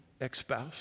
ex-spouse